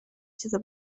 چیزی